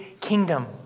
kingdom